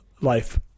life